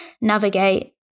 navigate